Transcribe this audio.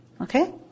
Okay